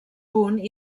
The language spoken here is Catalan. punt